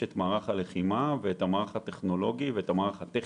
את מערך הלחימה ואת המערך הטכנולוגי ואת המערך הטכני.